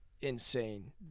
insane